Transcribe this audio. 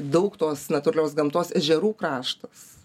daug tos natūralios gamtos ežerų kraštas